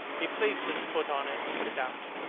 he placed his foot on it and put it out.